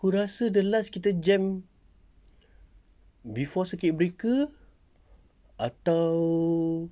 aku rasa the last kita jam before circuit breaker atau